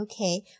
okay